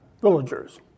villagers